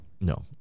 No